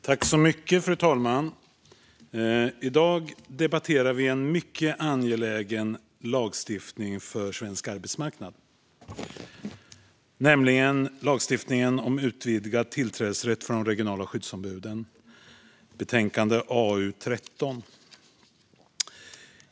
Fru talman! I dag debatterar vi en mycket angelägen lagstiftning för svensk arbetsmarknad, nämligen utvidgad tillträdesrätt för de regionala skyddsombuden, betänkande AU13.